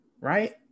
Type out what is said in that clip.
Right